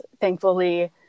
thankfully